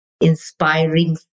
inspiring